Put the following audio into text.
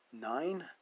nine